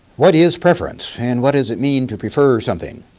what is preference and what does it mean to prefer something?